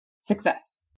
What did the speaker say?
Success